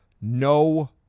No